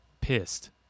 pissed